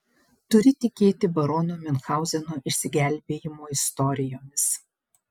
turi tikėti barono miunchauzeno išsigelbėjimo istorijomis